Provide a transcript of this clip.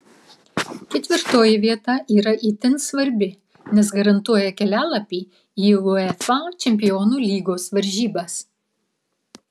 ketvirtoji vieta yra itin svarbi nes garantuoja kelialapį į uefa čempionų lygos varžybas